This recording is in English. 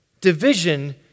Division